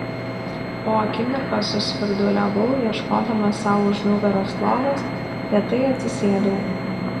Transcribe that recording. po akimirkos susvirduliavau ieškodama sau už nugaros lovos lėtai atsisėdau